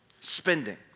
spending